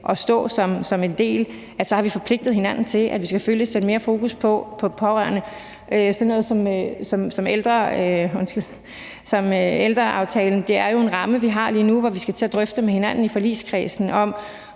at stå som en del af det, så har vi forpligtet hinanden til selvfølgelig at skulle sætte mere fokus på pårørende. Sådan noget som ældreaftalen er jo en ramme, vi har lige nu, og så skal vi til at drøfte med hinanden i forligskredsen,